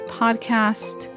podcast